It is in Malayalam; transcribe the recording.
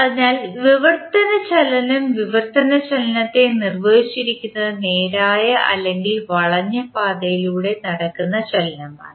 അതിനാൽ വിവർത്തന ചലനം വിവർത്തന ചലനത്തെ നിർവചിച്ചിരിക്കുന്നത് നേരായ അല്ലെങ്കിൽ വളഞ്ഞ പാതയിലൂടെ നടക്കുന്ന ചലനമാണ്